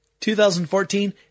2014